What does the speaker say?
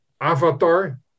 avatar